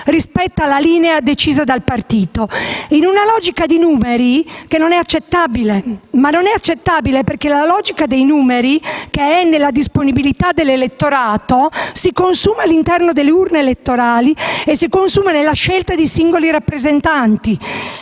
rispetto alla linea decisa dal partito, in una logica di numeri che è inaccettabile in quanto la logica dei numeri, che è nella disponibilità dell'elettorato, si consuma all'interno delle urne elettorali e nella scelta di singoli rappresentanti.